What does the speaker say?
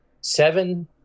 seven